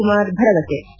ಶಿವಕುಮಾರ್ ಭರವಸೆ